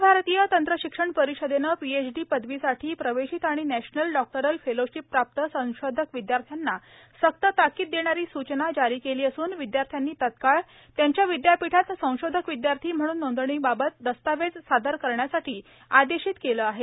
अखिल भारतीय तंत्रशिक्षण परिषदेने पीएचडी पदवीसाठी प्रवेशित आणि नॅशनल डॉक्टरल फेलोशिप प्राप्त संशोधक विदयार्थ्यांना सक्त ताकीद देणारी सुचना जारी केली असून विद्यार्थ्यांनी तात्काळ त्यांच्या विद्यापीठात संशोधक विद्यार्थी म्हणून नोंदणी बाबत दस्तावेज सादर करण्यासाठी आदेशित केले आहे